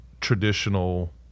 traditional